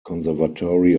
conservatory